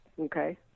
Okay